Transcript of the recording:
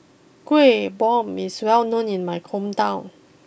Kueh Bom is well known in my hometown